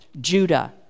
Judah